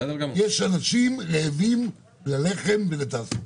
יש אנשים רעבים ללחם ולתעסוקה.